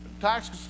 Tax